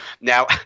Now